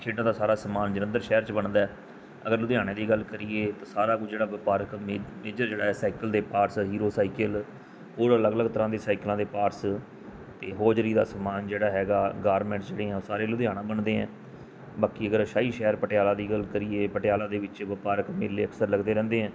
ਖੇਡਾਂ ਦਾ ਸਾਰਾ ਸਮਾਨ ਜਲੰਧਰ ਸ਼ਹਿਰ 'ਚ ਬਣਦਾ ਅਗਰ ਲੁਧਿਆਣੇ ਦੀ ਗੱਲ ਕਰੀਏ ਤਾਂ ਸਾਰਾ ਕੁਝ ਜਿਹੜਾ ਵਪਾਰਕ ਮੇ ਮੇਜਰ ਜਿਹੜਾ ਹੈ ਸਾਈਕਲ ਦੇ ਪਾਰਟਸ ਹੀਰੋ ਸਾਈਕਲ ਹੋਰ ਅਲੱਗ ਅਲੱਗ ਤਰ੍ਹਾਂ ਦੇ ਸਾਈਕਲਾਂ ਦੇ ਪਾਰਟਸ ਅਤੇ ਹੌਜ਼ਰੀ ਦਾ ਸਮਾਨ ਜਿਹੜਾ ਹੈਗਾ ਗਾਰਮੈਂਟਸ ਜਿਹੜੀਆਂ ਉਹ ਸਾਰੇ ਲੁਧਿਆਣਾ ਬਣਦੇ ਹੈ ਬਾਕੀ ਅਗਰ ਸ਼ਾਹੀ ਸ਼ਹਿਰ ਪਟਿਆਲਾ ਦੀ ਗੱਲ ਕਰੀਏ ਪਟਿਆਲਾ ਦੇ ਵਿੱਚ ਵਪਾਰਕ ਮੇਲੇ ਅਕਸਰ ਲੱਗਦੇ ਰਹਿੰਦੇ ਹੈ